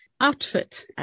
outfit